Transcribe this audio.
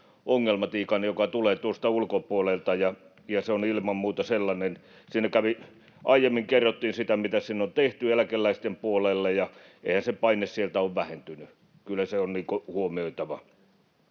ongelmatiikan, joka tulee tuolta ulkopuolelta, ja se on ilman muuta sellainen. Aiemmin kerrottiin sitä, mitä siinä on tehty eläkeläisten puolelle, ja eihän se paine sieltä ole vähentynyt, kyllä se on huomioitava.